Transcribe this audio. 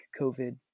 COVID